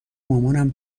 مامان